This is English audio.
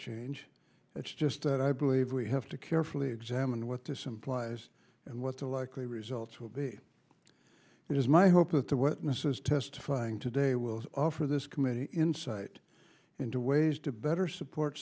change it's just that i believe we have to carefully examine what this implies and what the likely results will be it is my hope that the witnesses testifying today will offer this committee insight into ways to better support